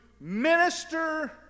minister